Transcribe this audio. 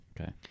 Okay